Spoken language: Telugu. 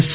ఎస్